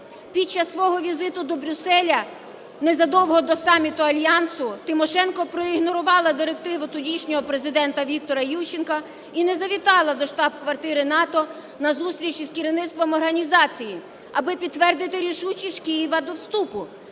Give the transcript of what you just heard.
Під час свого візиту до Брюсселю, незадовго до саміту Альянсу, Тимошенко проігнорувала директиву тодішнього Президента Віктора Ющенка і не завітала до штаб-квартири НАТО на зустріч із керівництвом організації, аби підтвердити рішучість Києва до вступу.